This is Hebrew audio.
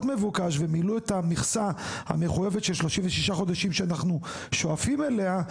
מבוקש ומילאו את המכסה המחויבת של 36 חודשים שאנחנו שואפים אליה,